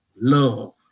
love